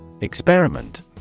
Experiment